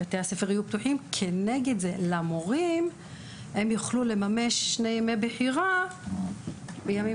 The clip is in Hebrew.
כנגד זה המורים יוכלו לממש שני ימי בחירה בימים